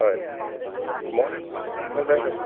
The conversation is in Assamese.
হয় মই লখিমপুৰলৈ